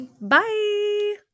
Bye